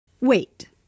Wait